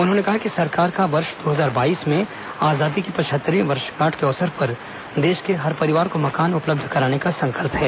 उन्होंने कहा कि सरकार का वर्ष दो हजार बाईस में आजादी की पचहत्तरवीं वर्षगांठ के अवसर पर देश के हर परिवार को मकान उपलब्ध कराने का संकल्प है